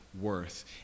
worth